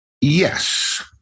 Yes